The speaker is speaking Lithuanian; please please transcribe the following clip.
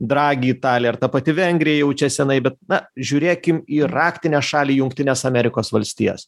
dragi italija ar ta pati vengrija jau čia senai bet na žiūrėkim į raktinę šalį jungtines amerikos valstijas